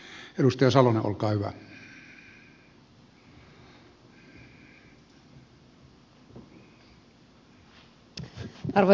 arvoisa puhemies